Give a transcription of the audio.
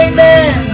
Amen